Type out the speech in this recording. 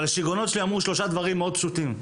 השיגעונות שלי אמרו שלושה דברים פשוטים מאוד.